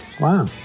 Wow